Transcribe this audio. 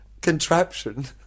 contraption